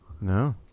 no